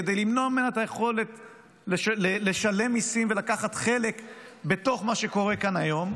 כדי למנוע ממנה את היכולת לשלם מיסים ולקחת חלק בתוך מה שקורה כאן היום,